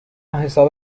حساب